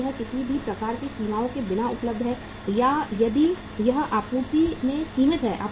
क्या यह किसी भी प्रकार की सीमाओं के बिना उपलब्ध है या यदि यह आपूर्ति में सीमित है